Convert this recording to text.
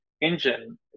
engine